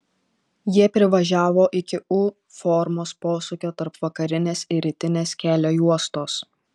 jie privažiavo iki u formos posūkio tarp vakarinės ir rytinės kelio juostos